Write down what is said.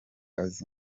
azi